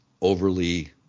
overly